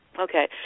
Okay